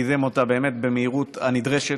וקידם אותה באמת במהירות הנדרשת.